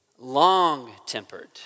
Long-tempered